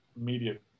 immediate